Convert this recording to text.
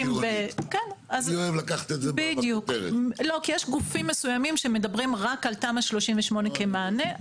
יש גופים מסוימים שמדברים רק על תמ"א 38 כמענה,